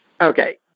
Okay